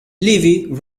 livy